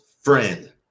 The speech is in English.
friend